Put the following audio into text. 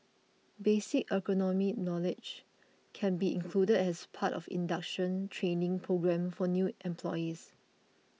basic ergonomic knowledge can be included as part of the induction training programme for new employees